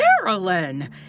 Carolyn